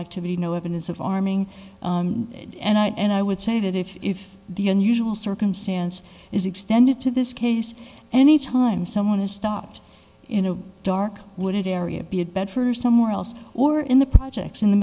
activity no evidence of arming and i would say that if the unusual circumstance is extended to this case any time someone is stopped in a dark wooded area big bed for somewhere else or in the projects in the